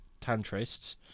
tantrists